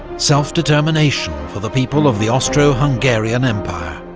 self-determination for the people of the austro-hungarian empire,